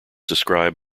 described